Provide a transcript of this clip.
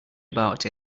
about